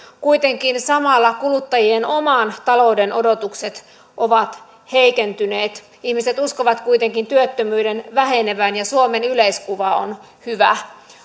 kuitenkin samalla kuluttajien oman talouden odotukset ovat heikentyneet ihmiset uskovat kuitenkin työttömyyden vähenevän ja suomen yleiskuva on hyvä